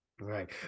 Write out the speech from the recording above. right